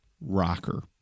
rocker